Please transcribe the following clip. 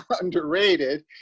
underrated